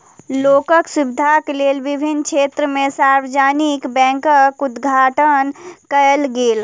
लोकक सुविधाक लेल विभिन्न क्षेत्र में सार्वजानिक बैंकक उद्घाटन कयल गेल